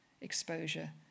exposure